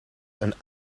een